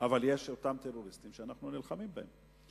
אבל יש אותם טרוריסטים שאנחנו נלחמים בהם.